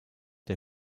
der